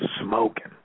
smoking